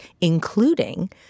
including